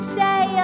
say